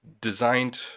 designed